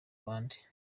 bandi